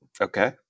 Okay